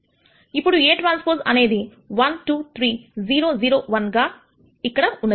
ఇప్పుడు Aᵀ అనేది 1 2 3 0 0 1 గా ఇక్కడ ఉన్నది